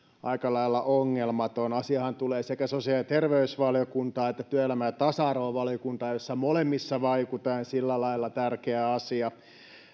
aika lailla ongelmaton asiahan tulee sekä sosiaali ja terveysvaliokuntaan että työelämä ja tasa arvovaliokuntaan joissa molemmissa vaikutan ja on sillä lailla tärkeä asia